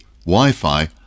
Wi-Fi